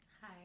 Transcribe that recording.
Hi